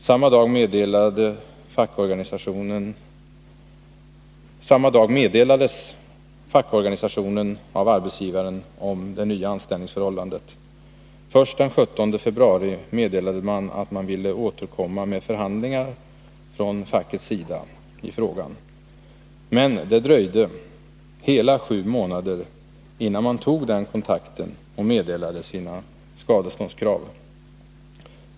Samma dag lämnade arbetsgivaren meddelande till fackorganisationen om det nya anställningsförhållandet. Först den 17 februari meddelade man att man ville återkomma med förhandlingar från fackets sida i frågan, men det dröjde hela sju månader, innan man tog den kontakten och angav sina skadeståndskrav.